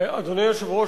אדוני היושב-ראש,